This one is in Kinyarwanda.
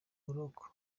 buroko